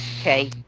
Okay